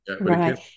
Right